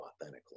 authentically